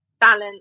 balance